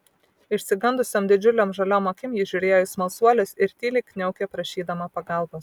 išsigandusiom didžiulėm žaliom akim ji žiūrėjo į smalsuolius ir tyliai kniaukė prašydama pagalbos